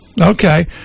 Okay